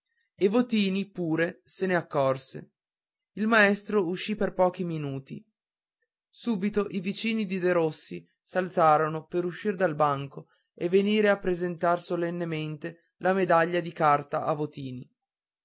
e votini pure se ne accorse il maestro uscì per pochi minuti subito i vicini di derossi s'alzarono per uscir dal banco e venire a presentar solennemente la medaglia di carta a votini